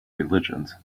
religions